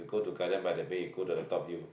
go to Gardens-by-the-Bay you go to the top view